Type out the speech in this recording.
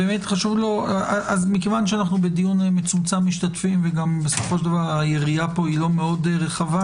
כיוון שאנו בדיון מצומצם משתתפים וגם היריעה פה לא רחבה,